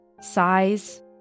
size